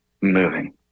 moving